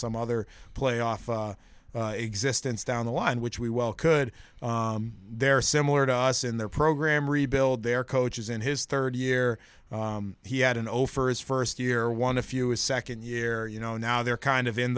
some other playoff existence down the line which we well could they're similar to us in their program rebuild their coach is in his third year he had an old for his first year one a few a second year you know now they're kind of in